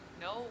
no